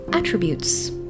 attributes